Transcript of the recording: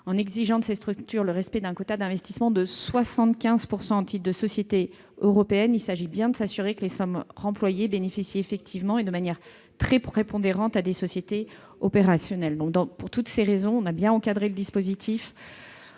En exigeant de ces structures le respect d'un quota d'investissement de 75 % au titre de sociétés européennes, il s'agit bien de s'assurer que les sommes remployées bénéficient effectivement, et de manière très prépondérante, à des sociétés opérationnelles. Pour toutes ces raisons- nous avons bien encadré le dispositif